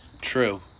True